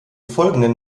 folgenden